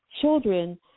children